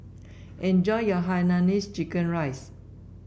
enjoy your Hainanese Chicken Rice